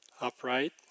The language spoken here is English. upright